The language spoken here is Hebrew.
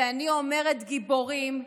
ואני אומרת: גיבורים,